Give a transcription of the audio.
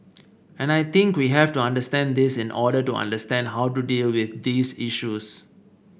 and I think we have to understand this in order to understand how to deal with these issues